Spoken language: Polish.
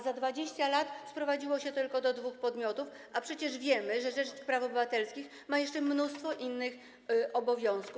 Za 20 lat sprowadziło się to tylko do dwóch podmiotów, a przecież wiemy, że rzecznik praw obywatelskich ma jeszcze mnóstwo innych obowiązków.